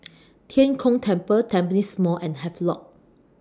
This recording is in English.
Tian Kong Temple Tampines Mall and Havelock